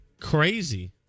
crazy